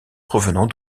provenant